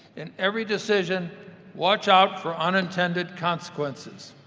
in every decision watch out for unintended consequences.